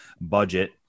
budget